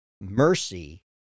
Mercy